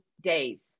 days